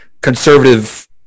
conservative